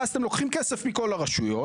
ואז אתם לוקחים כסף מכל הרשויות,